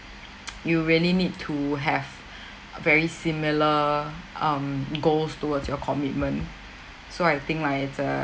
you really need to have very similar um goals towards your commitment so I think like it's a